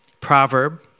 Proverb